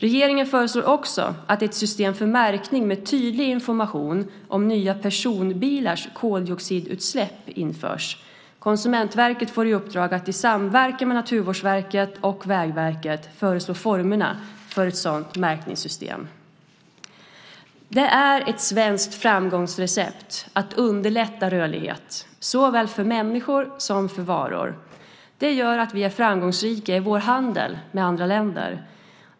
Regeringen föreslår också att ett system för märkning med tydlig information om nya personbilars koldioxidutsläpp införs. Konsumentverket får i uppdrag att i samverkan med Naturvårdsverket och Vägverket föreslå formerna för ett sådant märkningssystem. Det är ett svenskt framgångsrecept att underlätta rörlighet såväl för människor som för varor. Det gör att vi är framgångsrika i vår handel med andra länder.